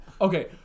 Okay